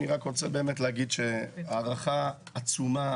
אני רוצה להגיד שיש לי הערכה עצומה,